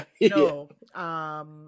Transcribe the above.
no